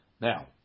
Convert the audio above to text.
Now